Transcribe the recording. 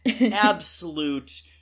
absolute